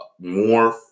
more